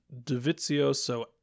Davizioso